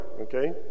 okay